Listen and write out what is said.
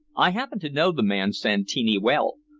i happen to know the man santini well,